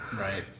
Right